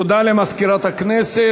תודה למזכירת הכנסת.